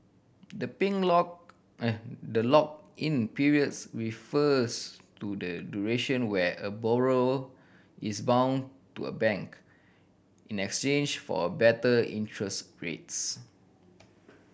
the the lock in periods refers to the duration where a borrow is bound to a bank in exchange for a better interest rates